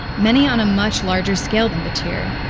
many on a much larger scale than battir.